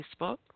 Facebook